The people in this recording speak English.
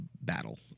battle